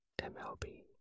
MLB